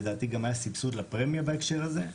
ולדעתי היה גם סבסוד לפרמיה בהקשר הזה.